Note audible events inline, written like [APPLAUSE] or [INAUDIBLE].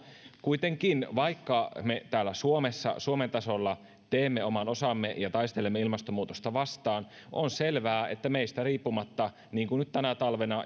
kuitenkin vaikka me täällä suomessa suomen tasolla teemme oman osamme ja taistelemme ilmastonmuutosta vastaan on selvää että meistä riippumatta niin kuin nyt tänä talvena [UNINTELLIGIBLE]